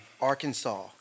Arkansas